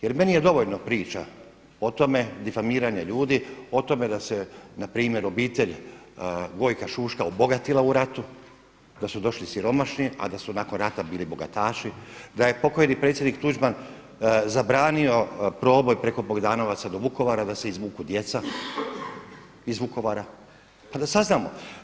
Jer meni je dovoljno priča o tome, difamiranje ljudi o tome da se na primjer obitelj Gojka Šuška obogatila u ratu, da su došli siromašni, a da su nakon rata bili bogataši, da je pokojni predsjednik Tuđman zabranio proboj preko Bogdanovaca do Vukovara da se izvuku djeca iz Vukovara, pa da saznamo.